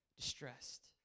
distressed